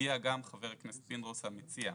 שהביע גם חבר הכנסת פינדרוס, המציע,